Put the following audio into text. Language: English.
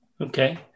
Okay